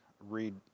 read